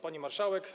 Pani Marszałek!